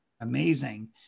amazing